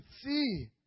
see